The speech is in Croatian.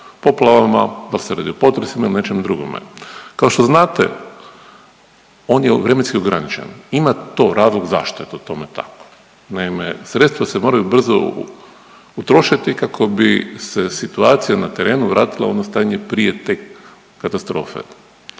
poplavama pa se radi o potresima ili o nečemu drugome. Kao što znate on je vremenski ograničen. Ima to razlog zašto je tome tako. Naime, sredstva se moraju brzo utrošiti kako bi se situacija na terenu vratila u ono stanje prije te katastrofe,